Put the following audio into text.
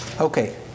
okay